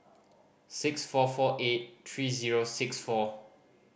six four four eight three zero six four